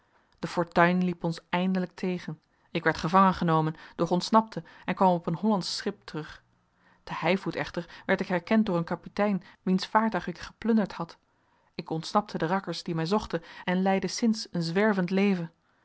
de fortuin liep ons eindelijk tegen ik werd gevangengenomen doch ontsnapte en kwam op een hollandsch schip terug te heivoet echter werd ik herkend door een kapitein wiens vaartuig ik geplunderd had ik ontsnapte den rakkers die mij zochten en leidde sinds een zwervend leven